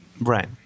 Right